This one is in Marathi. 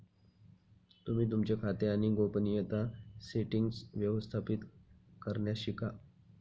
तुम्ही तुमचे खाते आणि गोपनीयता सेटीन्ग्स व्यवस्थापित करण्यास शिका